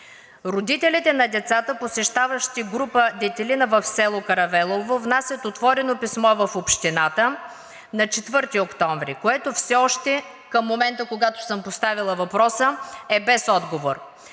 Родителите на децата, посещаващи група „Детелина“ в село Каравелово, внасят отворено писмо в Общината на 4 октомври, което все още към момента, когато съм поставила въпроса, е без отговор.